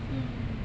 mm